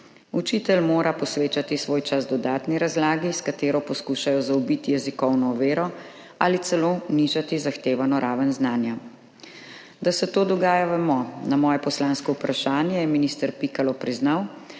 Učitelj mora posvečati svoj čas dodatni razlagi, s katero poskušajo zaobiti jezikovno oviro ali celo nižati zahtevano raven znanja. Da se to dogaja, vemo. Na moje poslansko vprašanje je minister Pikalo priznal,